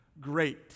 great